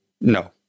No